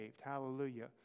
Hallelujah